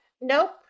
Nope